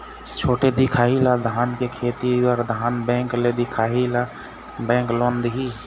छोटे दिखाही ला धान के खेती बर धन बैंक ले दिखाही ला बैंक लोन दिही?